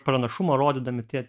pranašumą rodydami tiek